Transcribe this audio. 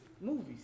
movies